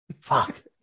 Fuck